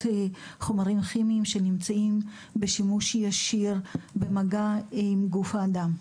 חומרים כימיים שנמצאים בשימוש ישיר ובמגע עם גוף האדם.